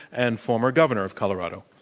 and former governor of colorado.